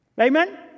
Amen